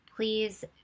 Please